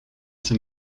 zijn